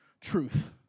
truth